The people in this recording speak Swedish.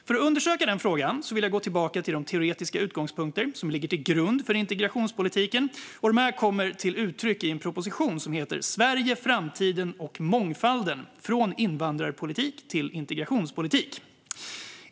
För att undersöka den frågan vill jag gå tillbaka till de teoretiska utgångspunkter som ligger till grund för integrationspolitiken och som kommer till uttryck i en proposition som heter Sverige, framtiden och mångfalden - från invandrarpolitik till integrationspolitik .